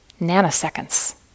nanoseconds